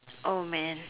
oh man